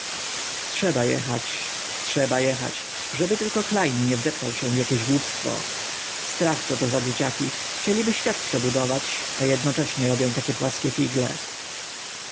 trzeba jechać trzeba jechać żeby tylko klejn nie wdeptał się w jakie głupstwo strach coto za dzieciaki chcieliby świat przebudować a jednocześnie robią tak płaskie figle